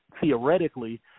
theoretically